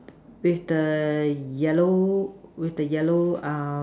with the yellow with the yellow uh